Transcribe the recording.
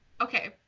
Okay